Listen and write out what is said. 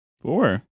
four